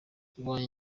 iwanjye